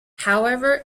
however